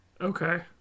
Okay